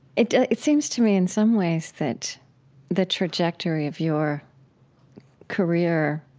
it it seems to me in some ways that the trajectory of your career,